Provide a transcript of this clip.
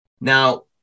Now